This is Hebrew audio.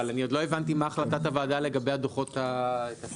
אבל עוד לא הבנתי מה החלטת הוועדה לגבי הדוחות הכספיים.